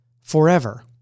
forever